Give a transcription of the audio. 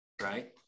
right